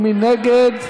ומי נגד?